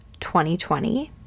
2020